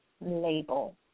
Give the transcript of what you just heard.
label